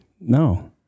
No